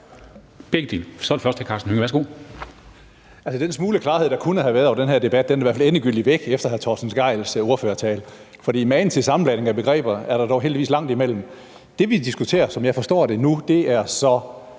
Den smule klarhed, der kunne have været over den her debat, er i hvert fald endegyldigt væk efter hr. Torsten Gejls ordførertale, fordi magen til sammenblanding af begreber er der dog heldigvis langt imellem. Det, vi diskuterer, som jeg forstår det nu, er så